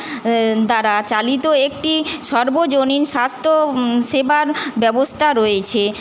দ্বারা চালিত একটি সর্বজনীন স্বাস্থ্য সেবার ব্যবস্থা রয়েছে